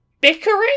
bickering